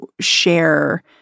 share